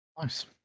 Nice